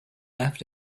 left